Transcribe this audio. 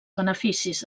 beneficis